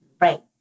Right